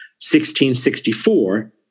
1664